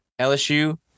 LSU